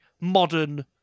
modern